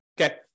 okay